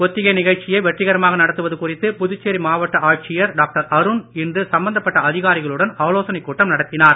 ஒத்திகை நிகழ்ச்சியை வெற்றிகரமாக நடத்துவது குறித்து புதுச்சேரி மாவட்ட ஆட்சியர் டாக்டர் அருண் இன்று சம்பந்தப்பட்ட அதிகாரிகளுடன் ஆலோசனைக் கூட்டம் நடத்தினார்